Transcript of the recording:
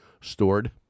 stored